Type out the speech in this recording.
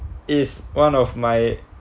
is one of my